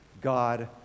God